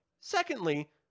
Secondly